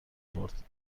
برد